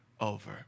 over